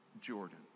Jordan